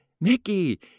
Mickey